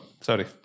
Sorry